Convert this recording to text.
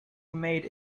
made